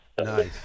Nice